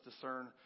discern